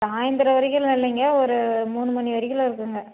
சாயந்திரம் வரைக்கெல்லாம் இல்லைங்க ஒரு மூணு மணி வரைக்கும் தான் இருப்போங்க